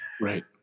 Right